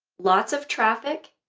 lots of traffic,